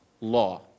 law